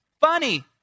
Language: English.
funny